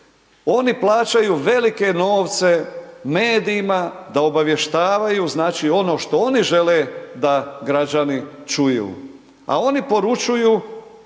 oni plaćaju velike novce medijima da obavještavaju znači ono što oni žele da građani čuju, a oni poručuju